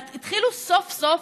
התחילו סוף-סוף,